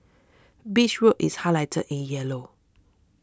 Beach Road is highlighted in yellow